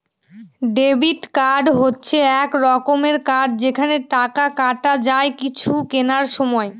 debit card হচ্ছে এক রকমের কার্ড যেখানে টাকা কাটা যায় কিছু কেনার সময়